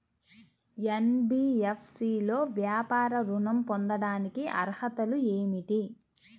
NBFC లో వ్యాపార ఋణం పొందటానికి అర్హతలు ఏమిటీ?